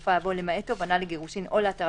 בסופה יבוא "למעט תובענה לגירושין או להתרת